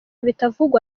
bitavugwa